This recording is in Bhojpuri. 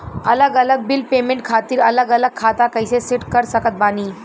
अलग अलग बिल पेमेंट खातिर अलग अलग खाता कइसे सेट कर सकत बानी?